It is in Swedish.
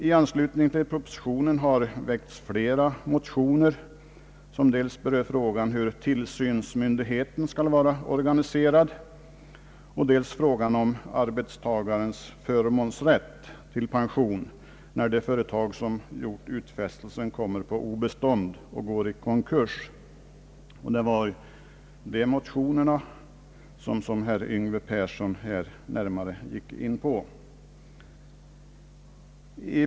I anslutning till propositionen har väckts flera motioner som dels berör frågan hur tillsynsmyndigheten skall vara organiserad och dels frågan om arbetstagarens förmånsrätt till pension när det företag som gjort utfästelsen kommer på obestånd och går i konkurs. Herr Yngve Persson gick ju närmare in på dessa senare motioner.